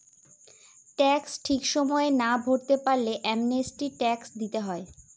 tax ঠিক সময়ে না ভরতে পারলে অ্যামনেস্টি ট্যাক্স দিতে হয়